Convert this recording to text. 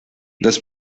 los